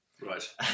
Right